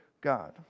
God